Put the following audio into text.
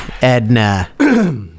edna